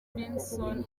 robinson